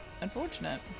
Unfortunate